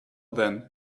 then